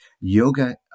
yoga